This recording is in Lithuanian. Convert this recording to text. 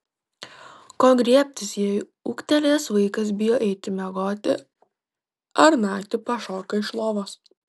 ko griebtis jei ūgtelėjęs vaikas bijo eiti miegoti ar naktį pašoka iš lovos